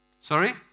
Sorry